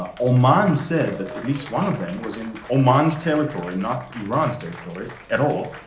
ah oman said that at least one of them was in oman's territory, not iran's territory at all.